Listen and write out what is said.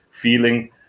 feeling